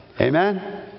Amen